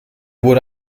wurde